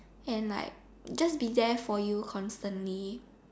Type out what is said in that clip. and like just be there for you constantly